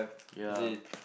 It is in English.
yeah